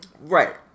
right